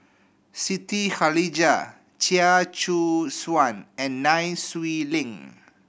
Siti Khalijah Chia Choo Suan and Nai Swee Leng